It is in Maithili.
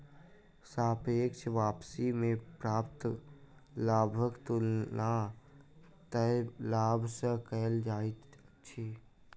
सापेक्ष वापसी में प्राप्त लाभक तुलना तय लाभ सॅ कएल जाइत अछि